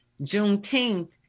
Juneteenth